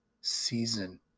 season